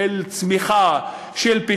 של צמיחה,